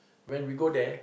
when we go there